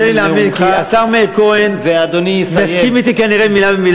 קשה לי להאמין, כי השר מאיר כהן, ואדוני יסיים.